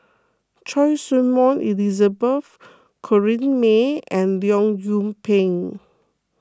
Choy Su Moi Elizabeth Corrinne May and Leong Yoon Pin